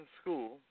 school